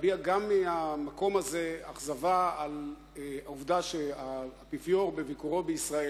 ולהביע גם מהמקום הזה אכזבה על העובדה שהאפיפיור בביקורו בישראל,